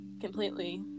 completely